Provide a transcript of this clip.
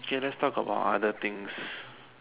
okay let's talk about other things